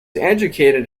educated